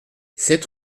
sept